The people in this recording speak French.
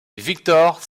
victor